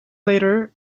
later